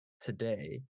today